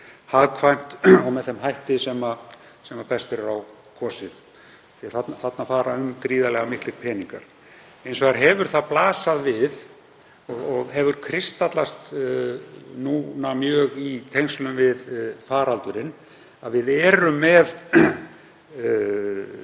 hagkvæmt og með þeim hætti sem best verður á kosið því að þarna fara um gríðarlega miklir peningar. Hins vegar hefur það blasað við og hefur kristallast mjög í tengslum við faraldurinn að við erum með